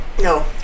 No